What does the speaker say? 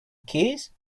keys